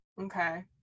Okay